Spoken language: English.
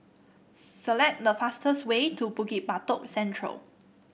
select the fastest way to Bukit Batok Central